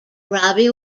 robbie